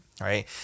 right